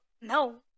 no